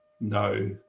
no